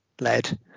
led